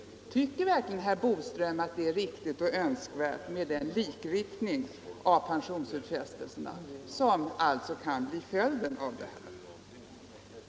Tycker verkligen herr Boström att det är riktigt och önskvärt med den likriktning av pensionsutfästelserna som kan bli följden av utskottsmajoritetens förslag?